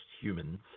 Humans